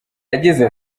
yagize